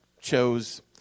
chose